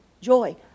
joy